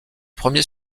premier